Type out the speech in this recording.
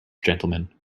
gentlemen